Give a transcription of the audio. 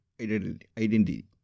identity